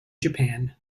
japan